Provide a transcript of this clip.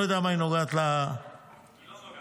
אני לא יודע מה היא נוגעת --- היא לא נוגעת.